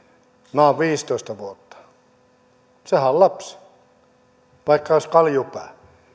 minä olen viisitoista vuotta sehän on lapsi vaikka olisi kaljupää